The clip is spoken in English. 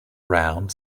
round